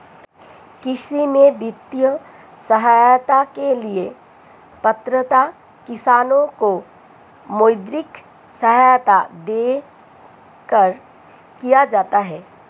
कृषि में वित्तीय सहायता के लिए पात्रता किसानों को मौद्रिक सहायता देकर किया जाता है